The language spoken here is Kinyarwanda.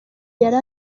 yari